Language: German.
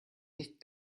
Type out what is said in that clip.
nicht